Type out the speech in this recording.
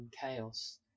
chaos